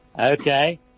Okay